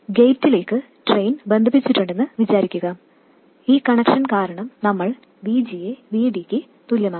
ഗേറ്റിലേക്ക് ഡ്രെയിൻ ബന്ധിപ്പിച്ചിട്ടുണ്ടെന്ന് വിചാരിക്കുക ഈ കണക്ഷൻ കാരണം നമ്മൾ VG യെ VDയ്ക്ക് തുല്യമാക്കുന്നു